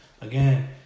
again